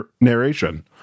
narration